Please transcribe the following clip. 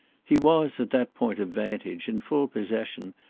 he was, at that point of vantage, in full possession,